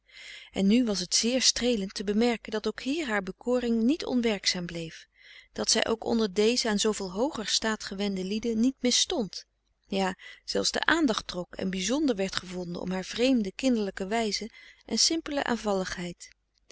en nu was t zeer streelend te bemerken dat ook hier haar bekoring niet onwerkzaam bleef dat zij ook onder deze aan zooveel hooger staat gewende lieden niet misstond ja zelfs de aandacht trok en bizonder werd gevonden om haar vreemde kinderlijke wijzen en simpele